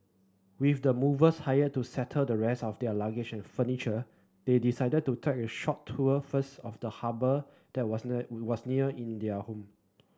with the movers hired to settle the rest of their luggage and furniture they decided to take a short tour first of the harbour that was was near in their home